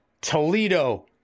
Toledo